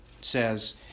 says